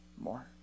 more